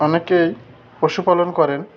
অনেকেই পশুপালন করেন